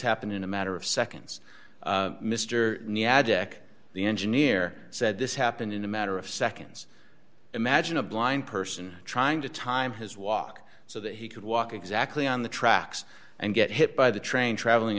happened in a matter of seconds mr adek the engineer said this happened in a matter of seconds imagine a blind person trying to time his walk so that he could walk exactly on the tracks and get hit by the train traveling